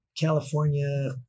california